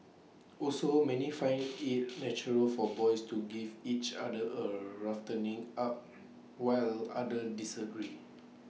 also many find IT natural for boys to give each other A roughening up while others disagree